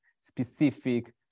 specific